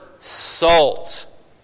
salt